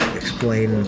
explain